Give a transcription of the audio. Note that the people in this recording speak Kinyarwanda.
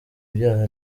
ibyaha